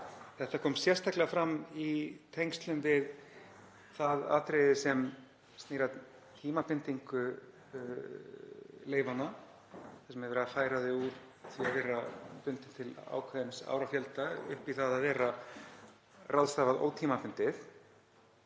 Þetta kom sérstaklega fram í tengslum við það atriði sem snýr að tímabindingu leyfanna þar sem er verið að færa þau úr því að vera bundin til ákveðins árafjölda upp í það að vera ráðstafað ótímabundið.